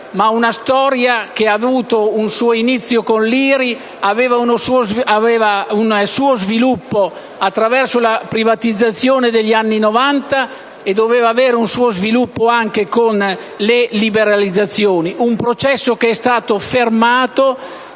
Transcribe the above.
ma una storia che ha avuto un suo inizio con l'IRI, un suo sviluppo attraverso la privatizzazione degli anni '90 e doveva avere un suo sviluppo anche con le liberalizzazioni. Un processo che è stato fermato;